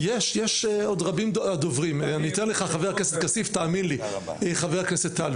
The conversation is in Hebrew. חבר הכנסת טל,